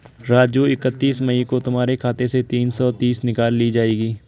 राजू इकतीस मई को तुम्हारे खाते से तीन सौ तीस निकाल ली जाएगी